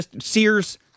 Sears